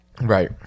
Right